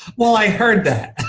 well, i heard that